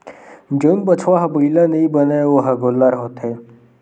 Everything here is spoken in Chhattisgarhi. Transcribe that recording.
जउन बछवा ह बइला नइ बनय ओ ह गोल्लर होथे